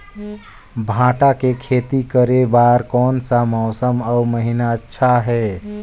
भांटा के खेती करे बार कोन सा मौसम अउ महीना अच्छा हे?